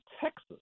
Texas